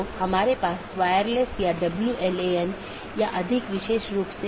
इसमें स्रोत या गंतव्य AS में ही रहते है